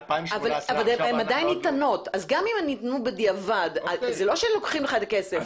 אבל הן עדיין ניתנות אז גם אם הן ניתנו בדיעבד זה לא שלקחו לך את הכסף.